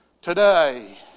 Today